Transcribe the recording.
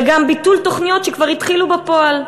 אלא גם ביטול תוכניות שכבר התחילו בפועל.